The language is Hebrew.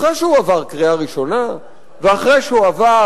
אחרי שהוא עבר קריאה ראשונה ואחרי שהוא עבר